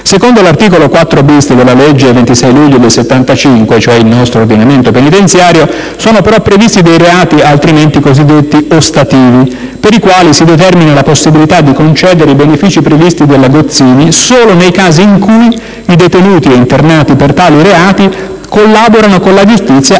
secondo l'articolo 4-*bis* della legge 26 luglio 1975, n. 354 (c.d.: «ordinamento penitenziario») sono però previsti del reati, altrimenti cosiddetti «ostativi», per i quali si determina la possibilità di concedere i benefici previsti dalla «legge Gozzini» solo nei casi in cui i detenuti e internati per tali reati «collaborano con la giustizia